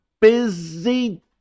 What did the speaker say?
busy